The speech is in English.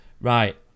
Right